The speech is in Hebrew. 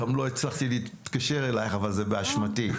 גם לא הצלחתי להתקשר אלייך אבל זה באשמתי,